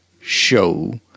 show